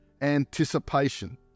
anticipation